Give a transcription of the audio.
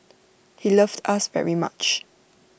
he loved us very much